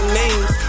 names